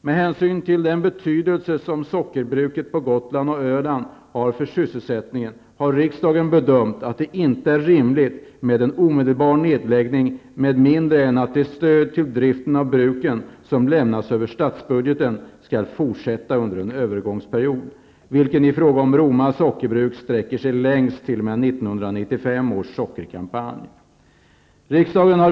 Med hänsyn till den betydelse som sockerbruken på Gotland och Öland har för sysselsättningen har riksdagen bedömt att det inte är rimligt med en omedelbar nedläggning med mindre än att det stöd till driften av bruken som lämnas över statsbudgeten skall fortsätta under en övergångsperiod, vilken i fråga om Roma sockerbruk sträcker sig längst t.o.m. 1995 års sockerkampanj.